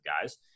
guys